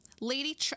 lady